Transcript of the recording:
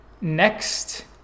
Next